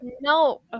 No